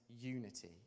unity